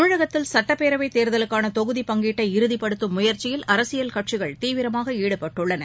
தமிழகத்தில் சட்டப்பேரவைத் தேர்தலுக்கானதொகுதிப் பங்கீட்டை இறுதிப்படுத்தும் முயற்சியில் அரசியல் கட்சிகள் தீவிரமாகஈடுபட்டுள்ளன